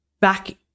back